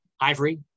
ivory